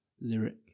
lyric